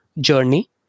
journey